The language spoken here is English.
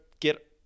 get